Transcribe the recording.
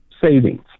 savings